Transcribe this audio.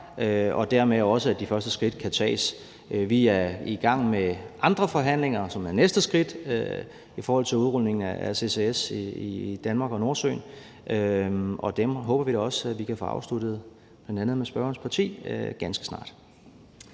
og dermed også, at de første skridt kan tages. Vi er i gang med andre forhandlinger, som er næste skridt i forhold til udrulningen af ccs i Danmark og Nordsøen, og dem håber vi da også at vi kan få afsluttet med bl.a. spørgerens parti ganske snart.